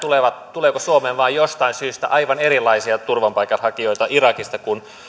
tuleeko suomeen vain jostain syystä aivan erilaisia turvapaikanhakijoita irakista kuin